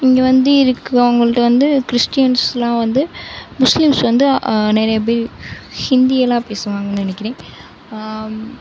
இங்கே வந்து இதுக்கு அவங்கள்ட வந்து கிறிஸ்டீன்ஸ்லாம் வந்து முஸ்லீம்ஸ் வந்து நிறைய பேர் ஹிந்தியலாம் பேசுவாங்கன்னு நினைக்கிறேன்